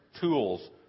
tools